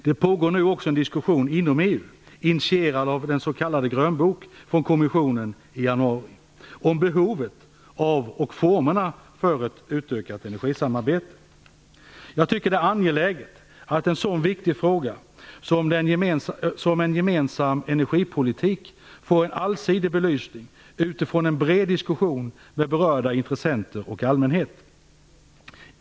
Det pågår nu också en diskussion inom EU, initierad av en s.k. Grönbok från kommissionen i januari, om behovet av och formerna för ett utökat energisamarbete. Jag tycker att det är angeläget att en så viktig fråga som en gemensam energipolitik får en allsidig belysning utifrån en bred diskussion med berörda intressenter och allmänhet.